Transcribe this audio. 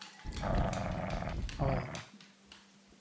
ᱦᱚᱭ